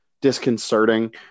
disconcerting